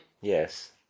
Yes